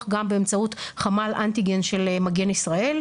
גם באמצעות חמ"ל אנטיגן של מגן ישראל,